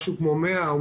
משהו כמו 100,000,